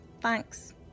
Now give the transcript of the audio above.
Thanks